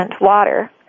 water